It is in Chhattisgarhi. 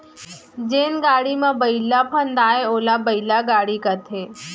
जेन गाड़ी म बइला फंदाये ओला बइला गाड़ी कथें